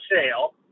sale